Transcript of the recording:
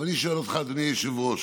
אז אני שואל אותך, אדוני היושב-ראש,